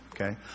Okay